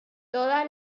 toda